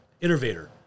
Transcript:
innovator